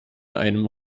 einem